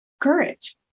courage